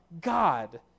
God